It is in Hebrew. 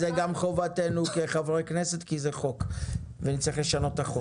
זה גם חובתנו כחברי כנסת כי זה חוק ונצטרך לשנות את החוק.